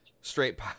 Straight